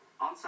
on